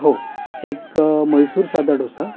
हो एक मैसूर साधा डोसा